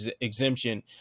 exemption